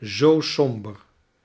zoo somber